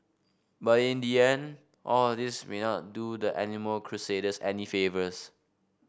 but in the end all this may not do the animal crusaders any favours